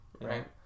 right